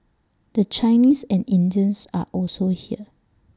the Chinese and Indians are also here